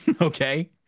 okay